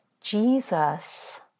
Jesus